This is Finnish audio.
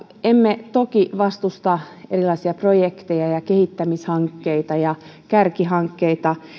emme toki vastusta erilaisia projekteja kehittämishankkeita ja kärkihankkeita